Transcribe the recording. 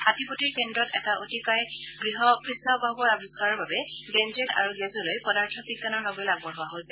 হাতীপতিৰ কেদ্ৰত এটা অতিকায় কৃষ্ণগহূৰ আৱিষ্ণাৰৰ বাবে গেঞ্জেল আৰু গেজলৈ পদাৰ্থ বিজ্ঞানৰ নবেল আগবঢ়োৱা হৈছে